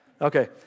Okay